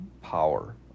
power